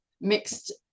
mixed